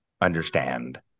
understand